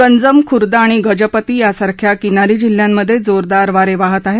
गंजम खुरदा आणि गजपती यासारख्या किनारी जिल्ह्यांमधे जोरदार वारे वाहत आहेत